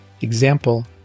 Example